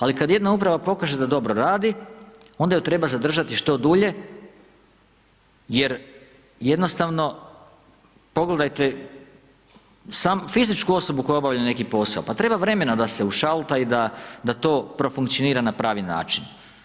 Ali kad jedna uprava pokaže da dobro radi, onda ju treba zadržati što dulje jer jednostavno pogledajte fizičku osobu koja obavlja neki posao, pa treba vremena da se ušalta i da to profunkcionira na pravi način.